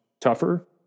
tougher